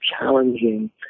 challenging